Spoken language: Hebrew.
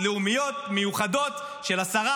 דווקא שתדעי,